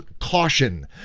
CAUTION